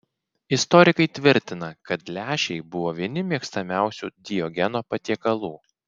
istorikai tvirtina kad lęšiai buvo vieni mėgstamiausių diogeno patiekalų